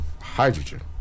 hydrogen